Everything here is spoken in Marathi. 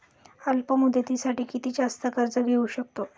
अल्प मुदतीसाठी किती जास्त कर्ज घेऊ शकतो?